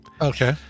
Okay